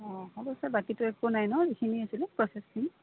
অঁ হ'ব ছাৰ বাকীটো একো নাই ন এইখিনি আছিলে প্ৰচেছখিনি